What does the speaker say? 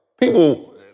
people